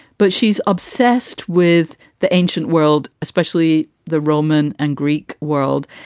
but she's obsessed with the ancient world, especially the roman and greek world.